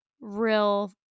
real